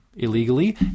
Illegally